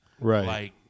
Right